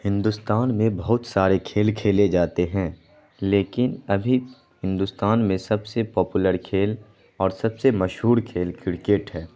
ہندوستان بہت سارے کھیل کھیلے جاتے ہیں لیکن ابھی ہندوستان میں سب سے پاپولر کھیل اور سب سے مشہور کھیل کڑکٹ ہے